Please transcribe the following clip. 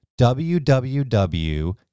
www